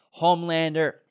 Homelander